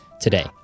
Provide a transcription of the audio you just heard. today